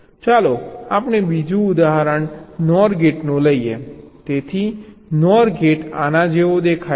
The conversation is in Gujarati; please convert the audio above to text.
ચાલો આપણે બીજું ઉદાહરણ NOR ગેટ લઈએ તેથી NOR ગેટ આના જેવો દેખાય છે